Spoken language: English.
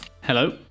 Hello